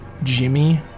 Jimmy